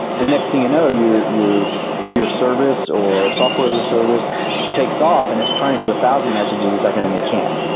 the next thing you know, your your service or software as a service takes off and it's trying to do a thousand messages a second and they can't.